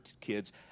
kids